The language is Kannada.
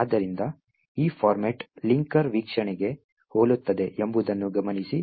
ಆದ್ದರಿಂದ ಈ ಫಾರ್ಮ್ಯಾಟ್ ಲಿಂಕರ್ ವೀಕ್ಷಣೆಗೆ ಹೋಲುತ್ತದೆ ಎಂಬುದನ್ನು ಗಮನಿಸಿ